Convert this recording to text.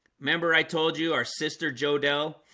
remember i told you our sister joe dell